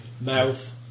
Mouth